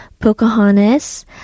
Pocahontas